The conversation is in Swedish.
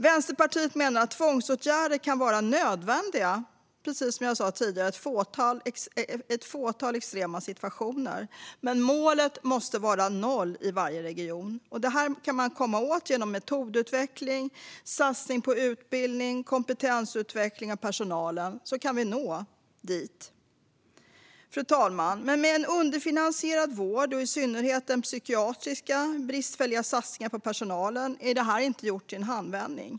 Vänsterpartiet menar att tvångsåtgärder kan vara nödvändiga, precis som jag sa tidigare, i ett fåtal extrema situationer. Men målet måste vara noll i varje region, och genom metodutveckling, satsning på utbildning och kompetensutveckling av personalen kan vi nå dit. Fru talman! Med en underfinansierad vård och i synnerhet bristfälliga satsningar på personal inom psykiatrin är det här inte gjort i en handvändning.